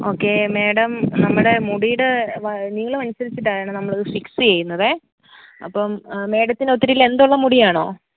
okay madam നമ്മുടെ മുടീടെ വ നീളം അനുസരിച്ചിട്ടാണ് നമ്മളത് ഫിക്സ് ചെയ്യുന്നത് അപ്പം മേഡത്തിനൊത്തിരി ലെങ്ങ്തൊള്ള മുടിയാണോ